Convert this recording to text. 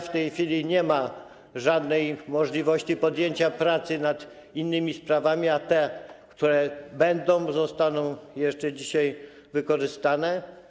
W tej chwili nie ma żadnej możliwości podjęcia pracy nad innymi sprawami, a te, które będą, zostaną jeszcze dzisiaj wykorzystane.